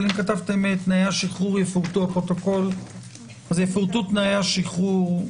אבל אם כתבתם שתנאי השחרור יפורטו יפורטו תנאי השחרור.